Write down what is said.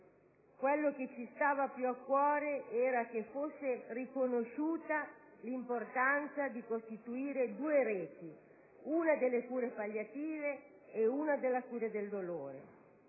Ciò che ci stava più a cuore è che fosse riconosciuta l'importanza di costituire due reti, una riferita alle cure palliative e l'altra alla cura del dolore,